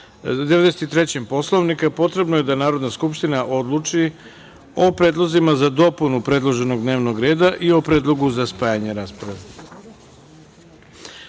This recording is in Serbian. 93. Poslovnika, potrebno je da Narodna skupština odluči o predlozima za dopunu predloženog dnevnog reda i o predlogu za spajanje rasprave. Narodni